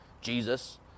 Jesus